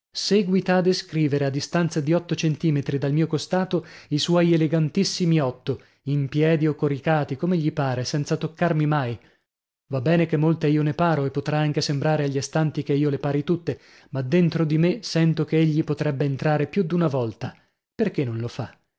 seguita a descrivere a distanza di otto centimetri dal mio costato i suoi elegantissimi otto in piedi o coricati come gli pare senza toccarmi mai va bene che molte io ne paro e potrà anche sembrare agli astanti che io le pari tutte ma dentro di me sento che egli potrebbe entrare più d'una volta perchè non lo fa